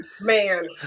Man